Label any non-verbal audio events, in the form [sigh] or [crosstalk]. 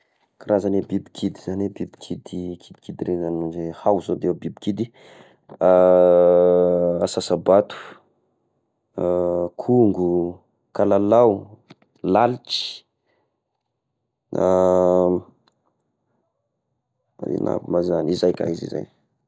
Karazagny biby kidy izagny: biby kidy kidikidy regny zagny ndre hao zao defa biby kidy, [hesitation] asasabato, [hesitation] kongo, kalalao, lalitry, [hesitation] igna aby ma zagny, zay kay izy zay.